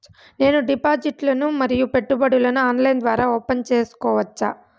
నేను డిపాజిట్లు ను మరియు పెట్టుబడులను ఆన్లైన్ ద్వారా ఓపెన్ సేసుకోవచ్చా?